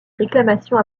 réclamation